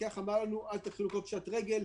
המפקח אמר לנו: אל תלכו לפשיטות רגל,